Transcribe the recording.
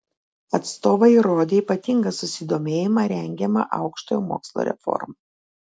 atstovai rodė ypatingą susidomėjimą rengiama aukštojo mokslo reforma